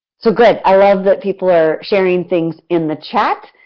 so good, i love that people are sharing things in the chat,